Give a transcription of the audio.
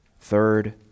Third